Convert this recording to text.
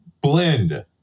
blend